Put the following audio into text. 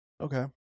okay